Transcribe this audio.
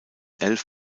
elf